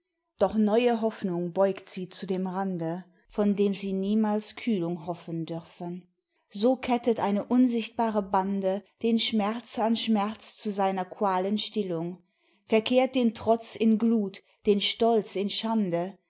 doch neue hoffnung beugt sie zu dem rande von dem sie niemals kühlung hoffen dürfen so kettet eine unsichtbare bande den schmerz an schmerz zu seiner qualen stillung verkehrt den trotz in glut den stolz in schande